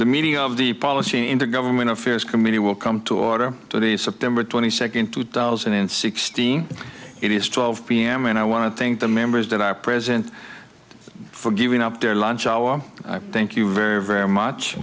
the meeting of the policy in the government affairs committee will come to order to the september twenty second two thousand and sixteen it is twelve p m and i want to think the members that are present for giving up their lunch hour thank you very very much